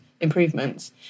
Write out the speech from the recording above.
improvements